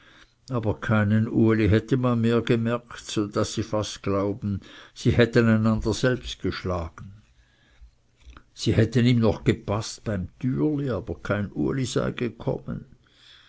aber keinen uli hätte man mehr gemerkt so daß sie fast glauben sie hätten einander selbst geschlagen sie hätten ihm noch gepaßt beim türli aber kein uli sei gekommen